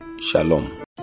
Shalom